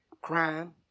crime